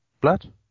blood